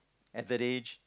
at that age